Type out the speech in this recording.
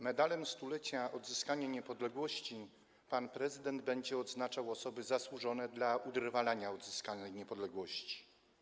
Medalem Stulecia Odzyskanej Niepodległości pan prezydent będzie odznaczał osoby zasłużone dla utrwalania odzyskanej niepodległości.